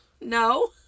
No